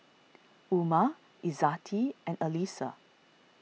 Umar Izzati and Alyssa